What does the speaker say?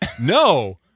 No